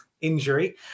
injury